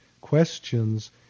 questions